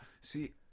See